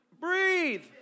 breathe